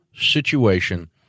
situation